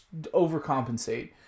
overcompensate